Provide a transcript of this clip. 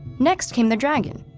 next came the dragon,